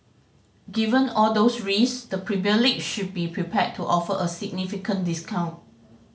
given all those risk the League should be prepared to offer a significant discount